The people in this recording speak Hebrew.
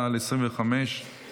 של